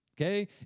okay